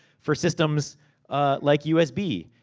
for systems like usb,